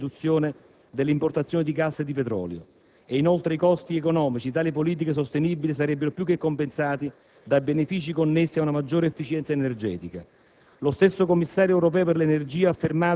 e questo contribuirebbe anche ad una significativa riduzione delle importazioni di gas e petrolio. Inoltre, i costi economici di tali politiche sostenibili sarebbero più che compensati dai benefici connessi ad una maggiore efficienza energetica.